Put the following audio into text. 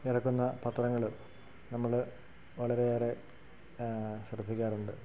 നിറക്കുന്ന പത്രങ്ങൾ നമ്മൾ വളരെയേറെ ശ്രദ്ധിക്കാറുണ്ട്